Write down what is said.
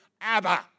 Abba